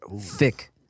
Thick